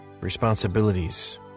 responsibilities